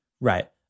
Right